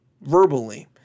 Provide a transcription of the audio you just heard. verbally